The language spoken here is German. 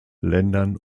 ländern